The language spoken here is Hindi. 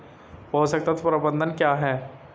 पोषक तत्व प्रबंधन क्या है?